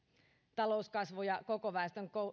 talouskasvu ja koko väestön